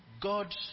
God